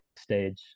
stage